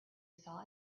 saw